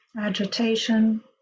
agitation